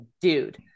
dude